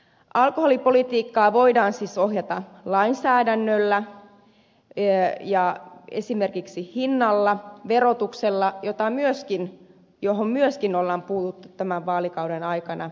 alkoholipolitiikkaa voidaan siis ohjata lainsäädännöllä ja esimerkiksi hinnalla verotuksella johon myöskin on puututtu tämän vaalikauden aikana tuntuvasti